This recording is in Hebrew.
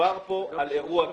דובר פה על אירוע גז.